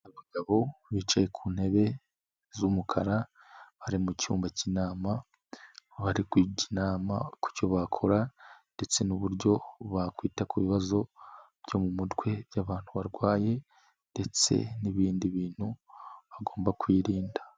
Abagabo bicaye ku ntebe z'umukara, bari mu cyumba cy'inama, aho bari kujya inama ku cyo bakora ndetse n'uburyo bakwita ku bibazo byo mu mutwe by'abantu barwaye ndetse n'ibindi bintu, bagomba kwirinda.